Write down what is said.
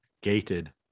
gated